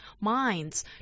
minds